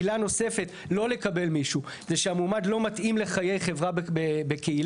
עילה נוספת לא לקבל מישהו זה שהמועמד לא מתאים לחיי חברה בקהילה.